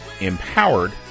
empowered